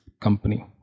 company